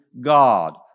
God